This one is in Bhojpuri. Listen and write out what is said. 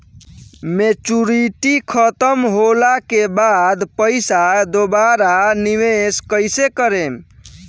मेचूरिटि खतम होला के बाद पईसा दोबारा निवेश कइसे करेम?